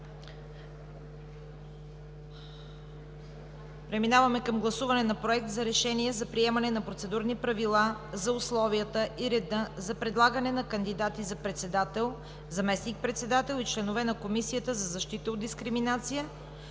Преминаваме към гласуване на Проект за решение за приемане на Процедурни правила за условията и реда за предлагане на кандидати за председател, заместник-председател и членове на Комисията за защита от дискриминация,